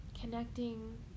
connecting